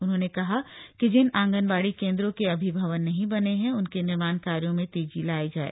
उन्होंने कहा कि जिन आंगनबाड़ी केन्द्रों के अभी भवन नहीं बने हैं उनके निर्माण कार्यो में तेजी लाई जाय